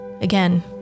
again